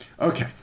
Okay